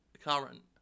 current